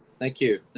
thank you.